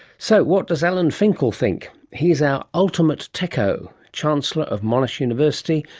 so what does alan finkel think? he's our ultimate techo, chancellor of monash university,